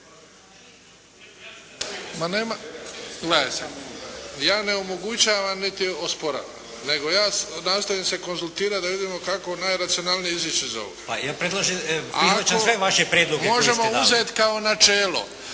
Ja ne omogućavam niti osporavam, nego ja nastojim se konzultirati da vidimo kako najracionalnije izići iz ovoga.